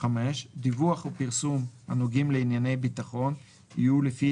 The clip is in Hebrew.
דיווח או פרסום הנוגעים לענייני ביטחון יהיו לפי